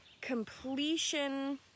completion